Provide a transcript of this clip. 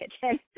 kitchen